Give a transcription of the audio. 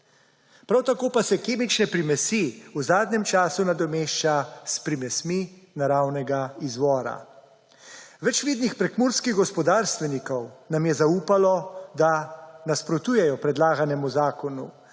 Prav tako pa se kemične primesi v zadnjem času nadomešča s primesmi naravnega izvora. Več vidnih prekmurskih gospodarstvenikov nam je zaupalo, da nasprotujejo predlaganemu zakonu,